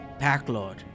Packlord